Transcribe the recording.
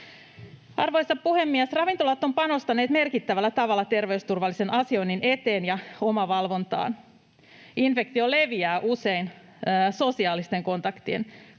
Arvoisa puhemies! Ravintolat ovat panostaneet merkittävällä tavalla terveysturvallisen asioinnin eteen ja omavalvontaan. Infektio leviää usein sosiaalisten kontaktien kautta.